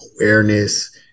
awareness